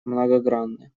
многогранны